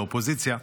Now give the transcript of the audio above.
על האופוזיציה,